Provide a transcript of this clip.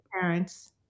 parents